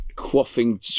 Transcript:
quaffing